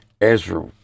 Ezra